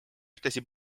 ühtlasi